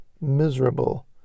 miserable